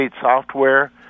software